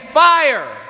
fire